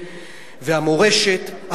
והמורשת.